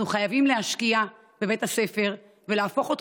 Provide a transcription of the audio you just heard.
אנחנו חייבים להשקיע בבית הספר ולהפוך אותו